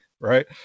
right